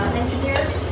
engineers